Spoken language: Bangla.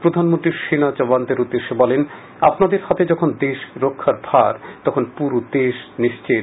প্রধানমন্ত্রী সেনা জওয়ানদের উদ্দেশ্যে বলেন আপনাদের হাতে যখন দেশ রক্ষার ভার তখন পুরো দেশ নিশ্চিত